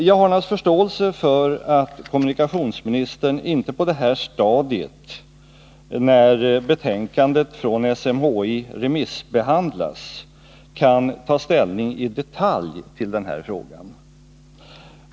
Jag har naturligtvis förståelse för att kommunikationsministern inte på detta stadium, när betänkandet från SMHI remissbehandlas, kan ta ställning idetalj till frågan.